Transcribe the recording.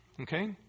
Okay